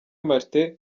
martin